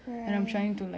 right